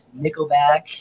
Nickelback